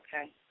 Okay